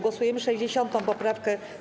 Głosujemy nad 60. poprawką.